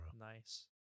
Nice